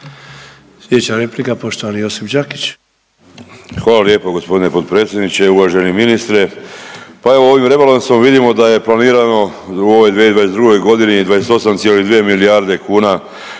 Hvala lijepo gospodine potpredsjedniče, uvaženi ministre. Pa evo ovim rebalansom vidimo da je planiramo u ovoj 2022. godini 28,2 milijarde kuna